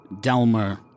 Delmer